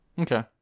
Okay